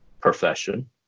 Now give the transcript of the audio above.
profession